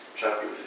chapter